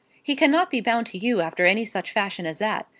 he cannot be bound to you after any such fashion as that.